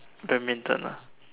badminton ah